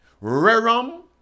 rerum